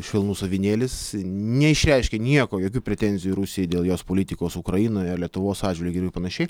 švelnus avinėlis neišreiškia nieko jokių pretenzijų rusijai dėl jos politikos ukrainoje lietuvos atžvilgiu ir panašiai